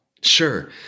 Sure